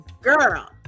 Girl